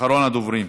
אחרון הדוברים.